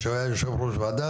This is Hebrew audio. שהוא היה יושב ראש ועדה,